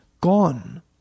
gone